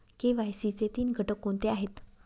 KYC चे तीन घटक कोणते आहेत?